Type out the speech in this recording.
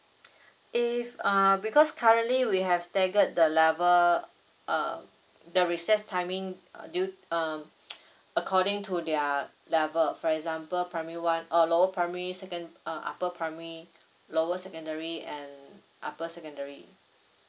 if err because currently we have staggered the level uh the recess timing uh due um according to their level for example primary one uh lower primary second uh upper primary lower secondary and upper secondary